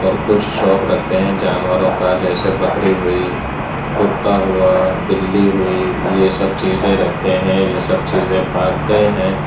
اور کچھ شوق رکھتے ہیں جانوروں کا جیسے بکری ہوئی کتا ہوا بلی ہوئی یہ سب چیزیں رکھتے ہیں یہ سب چیزیں پالتے ہیں